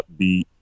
upbeat